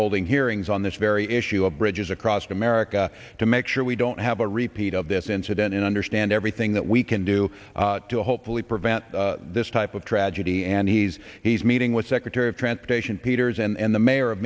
holding hearings on this very issue of bridges across america to make sure we don't have a repeat of this incident and understand everything that we can do to hopefully prevent this type of tragedy and he's he's meeting with secretary of transportation peters and the mayor of